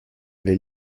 les